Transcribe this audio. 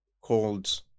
called